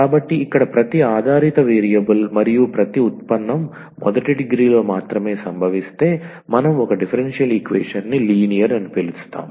కాబట్టి ఇక్కడ ప్రతి ఆధారిత వేరియబుల్ మరియు ప్రతి ఉత్పన్నం మొదటి డిగ్రీలో మాత్రమే సంభవిస్తే మనం ఒక డిఫరెన్షియల్ ఈక్వేషన్ ని లీనియర్ అని పిలుస్తాం